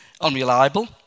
Unreliable